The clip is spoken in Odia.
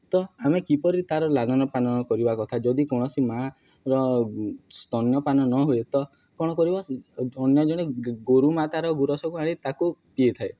ତ ଆମେ କିପରି ତା'ର ଲାଳନପାଳନ କରିବା କଥା ଯଦି କୌଣସି ମା'ର ସ୍ତନ୍ୟପାନ ନ ହୁଏ ତ କ'ଣ କରିବ ଅନ୍ୟ ଜଣେ ଗୋରୁମାତାର ଗୁୁରସକୁ ଆଣି ତାକୁ ପିଇଥାଏ